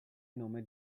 nome